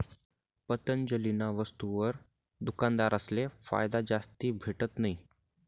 पतंजलीना वस्तुसवर दुकानदारसले फायदा जास्ती भेटत नयी